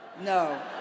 No